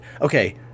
okay